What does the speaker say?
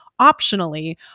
optionally